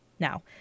Now